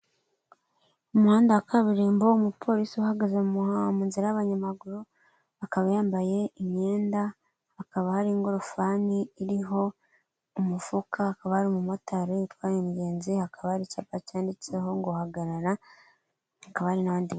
Umuhanda wa kaburimbo umupolisi uhagaze mu nzira y'abanyamaguru akaba yambaye imyenda akaba hari ingorofani iriho umufuka, hakaba hari umumotari utwaye umigenzi hakaba ari icyapa cyanditseho ngo hagarara hakaba n'ayandi.